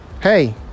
hey